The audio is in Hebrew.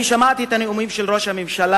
אני שמעתי את הנאומים של ראש הממשלה,